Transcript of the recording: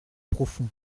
profond